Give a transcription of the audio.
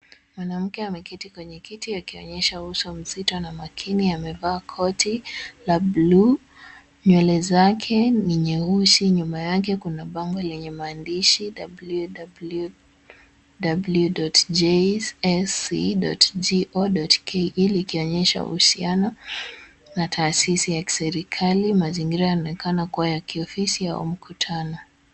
Mwanamke ameketi kwenye kiti akionyesha uso mzito na makini amevaa koti la bluu. Nywele zake ni nyeusi. Nyuma yake kuna bango lenye maandishi www.jsc.go.ke likionyesha uhusiano na taasisi ya kiserikali. Mazingira yanaonekana kuwa ya kiofisi au mkutano.